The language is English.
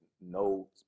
no